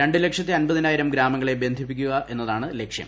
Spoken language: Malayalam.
രണ്ട് ലക്ഷത്തി അമ്പതിനായിരം ഗ്രാമങ്ങളെ ബന്ധിപ്പിക്കുക എന്നതാണ് ലക്ഷ്യം